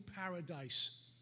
paradise